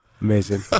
Amazing